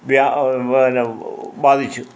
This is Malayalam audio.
ബാധിച്ചു